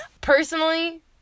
personally